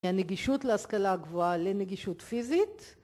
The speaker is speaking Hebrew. הנגישות להשכלה גבוהה לנגישות פיזית